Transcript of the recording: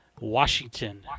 Washington